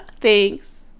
Thanks